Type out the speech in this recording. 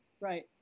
right